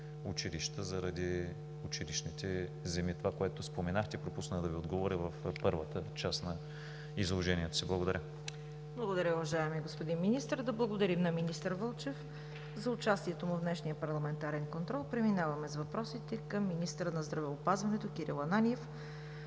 училища заради училищните земи – това, което споменахте и пропуснах да Ви отговоря в първата част на изложението си. Благодаря. ПРЕДСЕДАТЕЛ ЦВЕТА КАРАЯНЧЕВА: Благодаря, уважаеми господин Министър. Да благодарим на министър Вълчев за участието му в днешния парламентарен контрол. Преминаваме с въпросите към министъра на здравеопазването Кирил Ананиев.